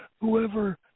whoever